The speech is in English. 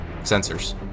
Sensors